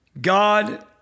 God